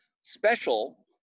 special